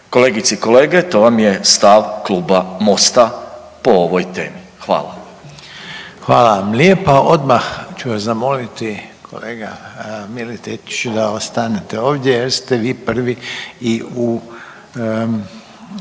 Kolegice i kolege, to vam je stav kluba MOST-a po ovoj temi. Hvala. **Reiner, Željko (HDZ)** Hvala vam lijepa. Odmah ću vas zamoliti kolega Miletić da ostanete ovdje jer ste vi prvi i u